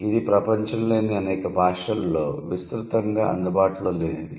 ఇది ప్రపంచంలోని అనేక భాషలలో విస్తృతంగా అందుబాటులో లేనిది